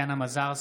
בעד טטיאנה מזרסקי,